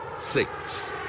six